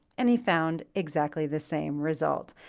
and he found exactly the same result.